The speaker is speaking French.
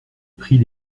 prit